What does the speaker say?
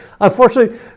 Unfortunately